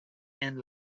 and